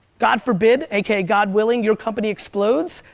god forbid, aka god willing, your company explodes,